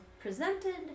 presented